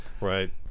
Right